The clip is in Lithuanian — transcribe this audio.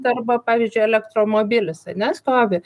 arba pavyzdžiui elektromobilis ane stovi